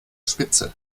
spitze